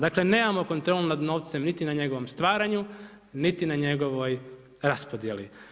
Dakle, nemamo kontrolu nad novcem, niti na njegovom stvaranju, niti na njegovoj raspodjeli.